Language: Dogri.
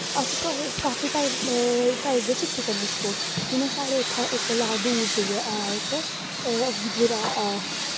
अस काफी टाईप दे सिक्खी सकने स्पोर्टस जि'यां साढ़े इत्थै दूर जाइयै है इक बरा